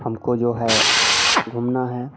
हमको जो है घूमना है